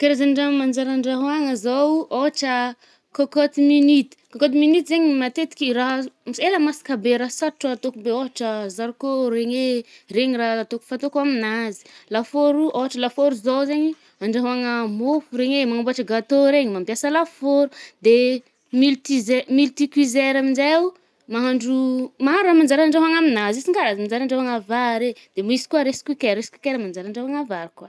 Karazan-draha manjary andraoàgna zaoo, ôhatra cocotte-minute. Cocotte-minute zaigny, matetiky raha az- ela masaka be, raha atôko sarotra atôko be ôhatra zarikô regny e, regny raha atôko-fatôko aminazy. Lafôro, ôhatra lafôro zaigny i, andraoàgna mofo regny eh, magnamboàtra gateau regny, mampiasa lafôro. De multiseur- multi-cuiseur aminjeo, mahandro maro raha manjary andrahahoàgna aminazy, isan-karazany manjary andrahoàgna vary e. De misy koà rice cooker, ricr cooker manjary andraoàgna vary koà.